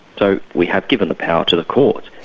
so we have given the power to the courts.